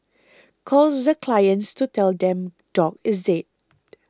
calls the clients to tell them dog is dead